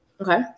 Okay